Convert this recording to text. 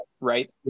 right